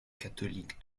catholiques